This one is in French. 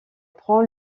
prend